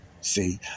See